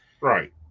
Right